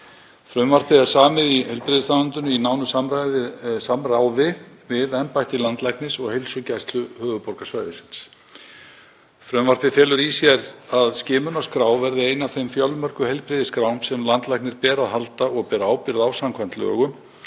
Frumvarpið er samið í heilbrigðisráðuneytinu í nánu samráði við embætti landlæknis og Heilsugæslu höfuðborgarsvæðisins. Frumvarpið felur í sér að skimunarskrá verði ein af þeim fjölmörgu heilbrigðisskrám sem landlækni ber að halda og ber ábyrgð á samkvæmt lögum